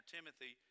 Timothy